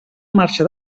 marxa